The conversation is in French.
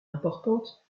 importante